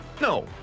no